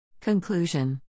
Conclusion